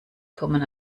kommen